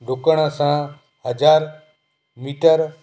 डुकण सां हज़ार मीटर